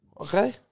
Okay